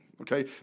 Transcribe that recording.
okay